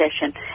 session